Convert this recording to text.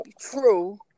True